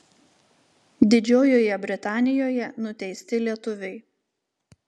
didžiojoje britanijoje nuteisti lietuviai